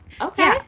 Okay